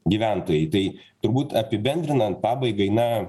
gyventojai tai turbūt apibendrinan pabaigai na